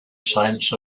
saints